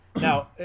Now